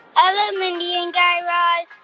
and and mindy and guy raz.